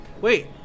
Wait